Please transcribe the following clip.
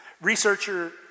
researcher